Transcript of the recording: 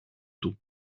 του